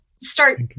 start